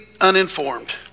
uninformed